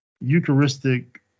eucharistic